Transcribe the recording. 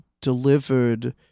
delivered